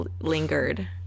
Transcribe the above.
lingered